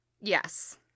Yes